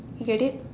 you get it